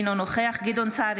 אינו נוכח גדעון סער,